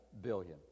billion